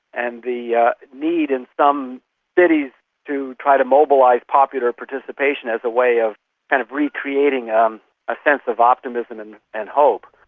and the yeah need in some cities to try to mobilise popular participation as a way of kind of recreating um a sense of optimism and and hope.